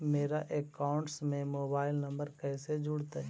मेरा अकाउंटस में mobile number कैसे जुड़उ?